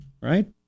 right